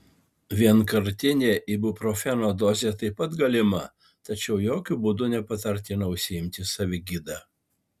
vienkartinė ibuprofeno dozė taip pat galima tačiau jokiu būdu nepatartina užsiimti savigyda